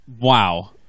Wow